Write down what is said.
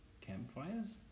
campfires